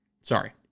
Sorry